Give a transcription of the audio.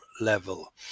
level